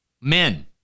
men